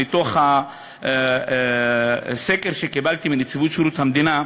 מתוך סקר שקיבלתי מנציבות שירות המדינה,